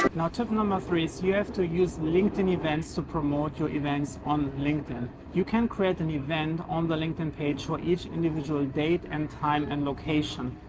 but now, tip number three is you have to use linkedin events to promote your events on linkedin. you can create an event on the linkedin page for each individual date and time and location.